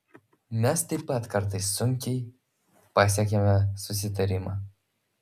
mes taip pat kartais sunkiai pasiekiame susitarimą